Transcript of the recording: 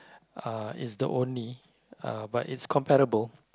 uh it's the only uh but it's comparable